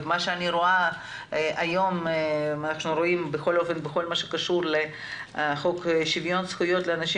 מה שאנחנו רואים בכל הקשור לחוק שוויון זכויות לאנשים